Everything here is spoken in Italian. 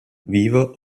vivo